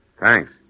Thanks